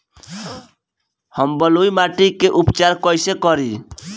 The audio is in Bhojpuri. हम बलुइ माटी के उपचार कईसे करि?